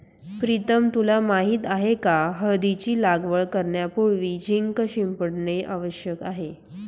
प्रीतम तुला माहित आहे का हळदीची लागवड करण्यापूर्वी झिंक शिंपडणे आवश्यक आहे